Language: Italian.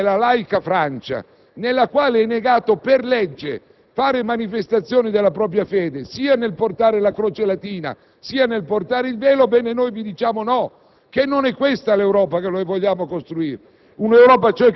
se senza radici cristiane è l'Europa della laica Francia, nella quale è negato per legge fare manifestazione della propria fede, sia nel portare la croce latina sia nel portare il velo. Ebbene, noi vi diciamo no,